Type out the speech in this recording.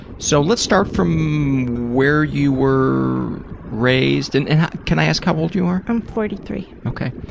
so let's start from where you were raised, and can i ask how old you are? i'm forty three. ok.